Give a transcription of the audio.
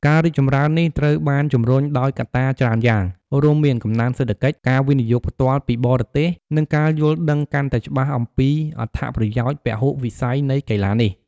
ការរីកចម្រើននេះត្រូវបានជំរុញដោយកត្តាច្រើនយ៉ាង រួមមានកំណើនសេដ្ឋកិច្ច ការវិនិយោគផ្ទាល់ពីបរទេស និងការយល់ដឹងកាន់តែច្បាស់អំពីអត្ថប្រយោជន៍ពហុវិស័យនៃកីឡានេះ។